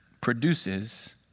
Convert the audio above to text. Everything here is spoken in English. produces